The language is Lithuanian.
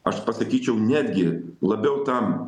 aš pasakyčiau netgi labiau tam